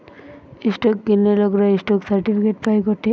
stock কিনলে লোকরা stock certificate পায় গটে